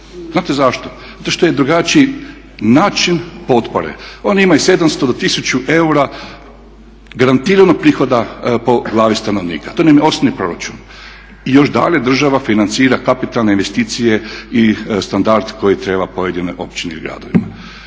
Znate zašto? Zato što je drugačiji način potpore. Oni imaju 700 do 1000 eura garantirano prihoda po glavi stanovnika. To nam je osnovni proračun. I još dalje država financira kapitalne investicije i standard koji treba pojedinoj općini i gradovima.